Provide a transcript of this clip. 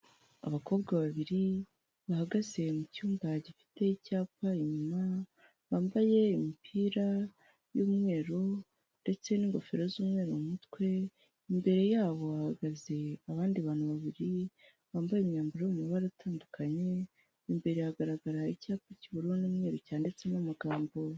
Abakobwa babiri bahagaze mu cyumba gifite icyapa inyuma, bambaye imipira y'umweru ndetse n'ingofero z'umweru mu mutwe, imbere yabo hahagaze abandi bantu babiri, bambaye imyambaro mu mabara atandukanye, imbere hagaragara icyapa cy'ubururu n'umweru cyanditsemo amagambo.